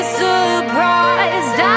surprised